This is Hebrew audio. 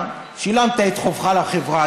שילמת את חובך לחברה,